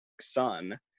son